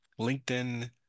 LinkedIn